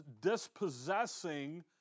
dispossessing